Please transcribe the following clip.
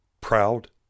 proud